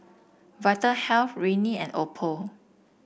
Vitahealth Rene and Oppo